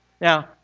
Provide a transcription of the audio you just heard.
Now